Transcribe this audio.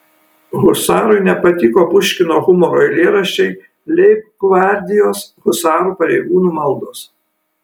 husarui nepatiko puškino humoro eilėraščiai leibgvardijos husarų pareigūnų maldos